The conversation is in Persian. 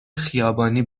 خیابانی